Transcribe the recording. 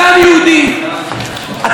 אתה יודע מה קרה, כבוד שר התקשורת?